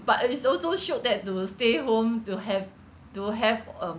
but it's also shiok that to stay home to have to have um